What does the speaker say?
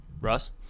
russ